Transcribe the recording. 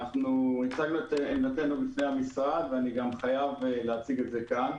הצגנו את עמדתנו בפני המשרד ואני גם חייב להציג אותה כאן.